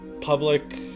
public